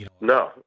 No